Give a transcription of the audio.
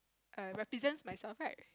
uh represents myself right